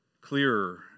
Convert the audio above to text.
clearer